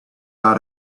out